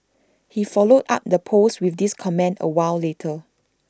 he followed up that post with this comment A while later